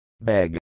Beg